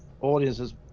audiences